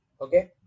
Okay